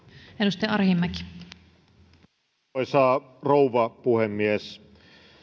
arvoisa rouva puhemies